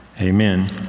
amen